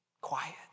quiet